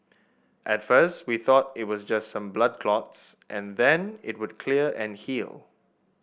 at first we thought it was just some blood clots and then it would clear and heal